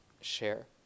share